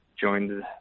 joined